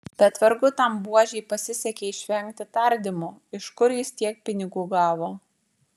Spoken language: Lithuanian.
bet vargu tam buožei pasisekė išvengti tardymų iš kur jis tiek pinigų gavo